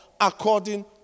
according